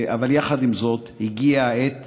אבל יחד עם זאת הגיעה העת